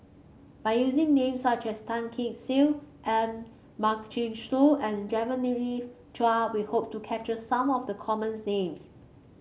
by using name such as Tan Kee Sek M Karthigesu and Genevieve Chua we hope to capture some of the common names